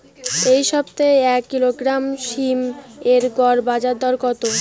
এই সপ্তাহে এক কিলোগ্রাম সীম এর গড় বাজার দর কত?